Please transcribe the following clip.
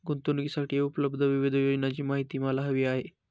गुंतवणूकीसाठी उपलब्ध विविध योजनांची माहिती मला हवी आहे